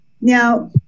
Now